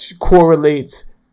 correlates